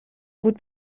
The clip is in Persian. بود